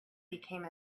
became